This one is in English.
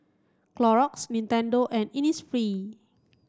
Clorox Nintendo and Innisfree